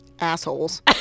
assholes